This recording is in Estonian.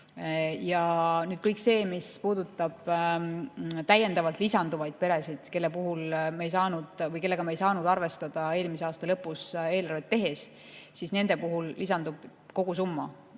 240-ni. Ja mis puudutab täiendavalt lisanduvaid peresid, kellega me ei saanud arvestada eelmise aasta lõpus eelarvet tehes – nende puhul lisandub kogu summa.